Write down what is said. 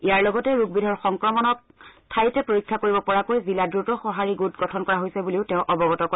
ইয়াৰ লগতে ৰোগবিধৰ সংক্ৰমণক ঠাইতে পৰীক্ষা কৰিব পৰাকৈ জিলা দ্ৰুত সঁহাৰি গোট গঠন কৰা হৈছে বুলিও তেওঁ অৱগত কৰে